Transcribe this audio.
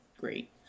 great